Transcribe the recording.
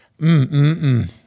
Mm-mm-mm